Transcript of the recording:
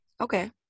Okay